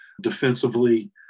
defensively